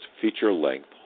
feature-length